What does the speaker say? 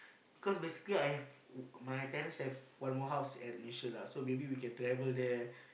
because basically I have my parents have one more house at Yishun lah so maybe we can travel there